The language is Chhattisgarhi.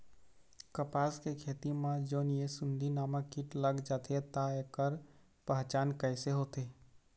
कपास के खेती मा जोन ये सुंडी नामक कीट लग जाथे ता ऐकर पहचान कैसे होथे?